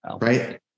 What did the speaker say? right